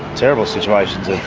terrible situations of